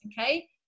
Okay